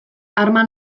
arma